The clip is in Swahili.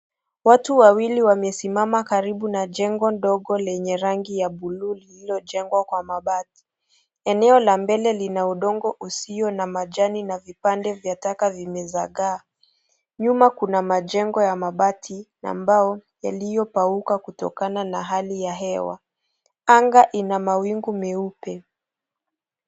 Watu wawili wamesimama karibu na jengo ndogo lenye rangi ya bluu lililojengwa Kwa mabati . Eneo la mbele lina udongo uzio na majani na vipande vya taka vimezakaa . Nyuma kuna majengo ya mabati ambayo iliyopauka kutokana na hali ya hewa. Anga ina mawingu meupe.